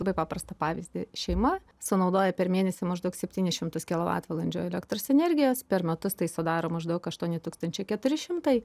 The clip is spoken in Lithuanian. labai paprastą pavyzdį šeima sunaudoja per mėnesį maždaug septynis šimtus kilovatvalandžių elektros energijos per metus tai sudaro maždaug aštuoni tūkstančiai keturi šimtai